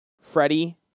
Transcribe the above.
Freddie